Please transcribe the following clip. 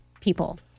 people